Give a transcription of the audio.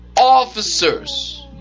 Officers